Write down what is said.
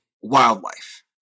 wildlife